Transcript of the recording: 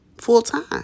full-time